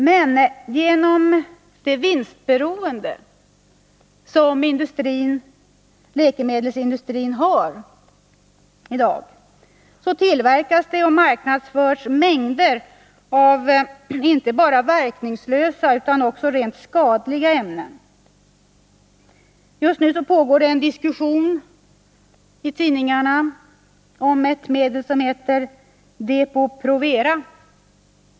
Men på grund av det vinstberoende som läkemedelsindustrin i dag har tillverkas och marknadsförs mängder av inte bara verkningslösa utan också rent skadliga ämnen. Just nu pågår en diskussion i tidningarna om ett medel som heter Depo-Provera.